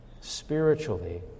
spiritually